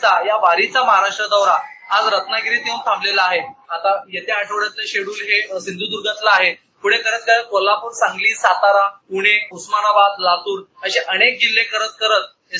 चा या वारीचा महाराष्ट्र दौरा आज रत्नागिरीत येऊन थांबलेला आहेआता येत्या आठवड्यातल शेड्यल हे सिध्दर्गतल आहे पुढे करत करत कोल्हापूर सांगली सातारा पुणे उस्मानाबाद लातूर असे अनेक जिल्हे करत करत एस